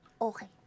Okay